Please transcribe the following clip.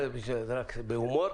זה בהומור.